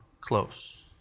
close